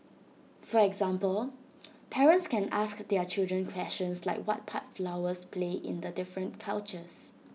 for example parents can ask their children questions like what part flowers play in the different cultures